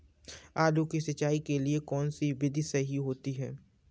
आलू की सिंचाई के लिए कौन सी विधि सही होती है?